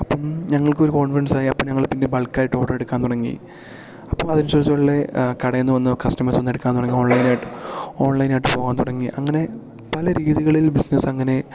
അപ്പം ഞങ്ങൾക്കൊരു കോൺഫ്ഡൻസ് ആയി അപ്പം ഞങ്ങൾ പിന്നെ ബൾക്ക് ആയിട്ട് ഓർഡർ എടുക്കാൻ തുടങ്ങി അപ്പം അതനുസരിച്ചുള്ള കടയിൽനിന്ന് വന്ന് കസ്റ്റമേഴ്സ് വന്ന് എടുക്കാൻ തുടങ്ങി ഓൺലൈൻ ആയിട്ട് ഓൺലൈൻ ആയിട്ട് പോവാൻ തുടങ്ങി അങ്ങനെ പല രീതികളിൽ ബിസ്നസ്സ് അങ്ങനെ